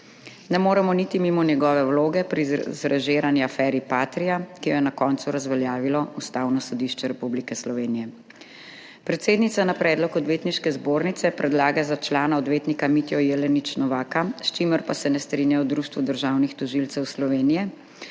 Ne moremo niti mimo njegove vloge pri zrežirani aferi Patria, ki jo je na koncu razveljavilo Ustavno sodišče Republike Slovenije. Predsednica na predlog Odvetniške zbornice predlaga za člana odvetnika Mitjo Jelenič Novaka, s čimer pa se ne strinjajo v Društvu državnih tožilcev Slovenije.